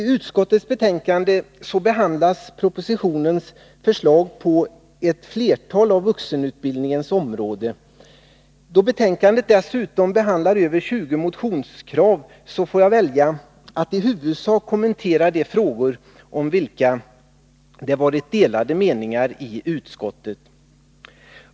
I utskottets betänkande behandlas propositionens förslag beträffande ett flertal av vuxenutbildningens områden. Då betänkandet dessutom behandlar över 20 motionskrav, får jag välja att i huvudsak kommentera de frågor, om vilka det varit delade meningar i utskottet.